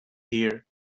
here